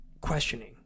questioning